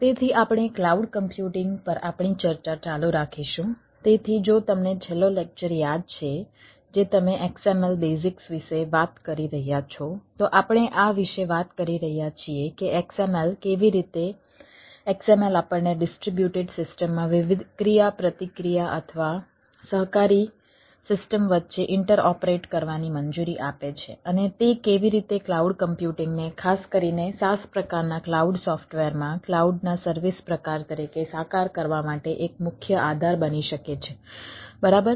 તેથી આપણે cloud computing પ્રકાર તરીકે સાકાર કરવા માટે એક મુખ્ય આધાર બની શકે છે બરાબર